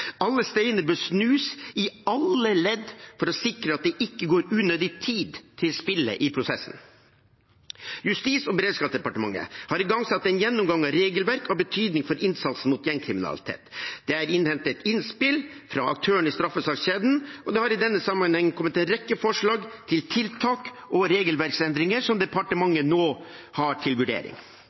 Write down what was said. Alle steiner bør snus i alle ledd for å sikre at det ikke går unødig tid til spille i prosessen. Justis- og beredskapsdepartementet har igangsatt en gjennomgang av regelverk av betydning for innsatsen mot gjengkriminalitet. Det er innhentet innspill fra aktørene i straffesakskjeden, og det har i denne sammenheng kommet en rekke forslag til tiltak og regelverksendringer som departementet nå har til vurdering.